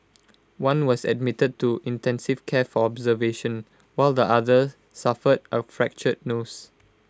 one was admitted to intensive care for observation while the other suffered A fractured nose